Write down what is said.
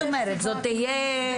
זו תהיה החלטה מבלי לשמוע אותו?